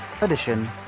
Edition